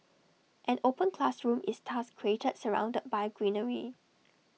an open classroom is thus created surrounded by greenery